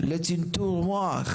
לצנתור מוח,